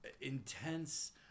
intense